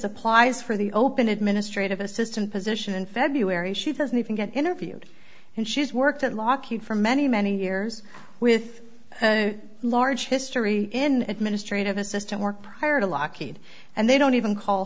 applies for the open administrative assistant position in february she doesn't even get interviewed and she's worked at lockheed for many many years with large history in administrative assistant work prior to lockheed and they don't even call